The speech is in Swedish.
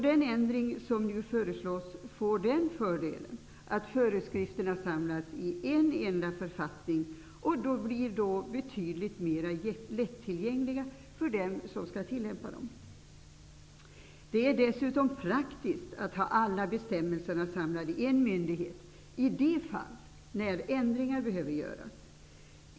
Den ändring som nu föreslås ger den fördelen att förskrifterna samlas i en enda författning och blir betydligt mer lättillgängliga för dem som skall tillämpa föreskrifterna. Det är dessutom praktiskt att ha alla bestämmelser samlade i en myndighet i de fall när ändringar behöver göras.